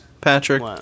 Patrick